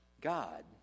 God